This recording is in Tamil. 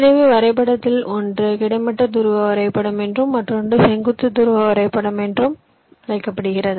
எனவே வரைபடத்தில் ஒன்று கிடைமட்ட துருவ வரைபடம் என்றும் மற்றொன்று செங்குத்து துருவ வரைபடம் என்றும் அழைக்கப்படுகிறது